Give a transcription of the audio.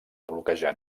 bloquejar